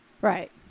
Right